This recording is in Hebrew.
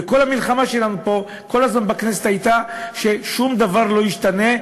וכל הזמן המלחמה שלנו פה בכנסת הייתה ששום דבר לא ישתנה,